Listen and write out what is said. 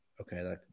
Okay